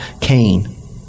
Cain